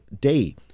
day